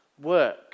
work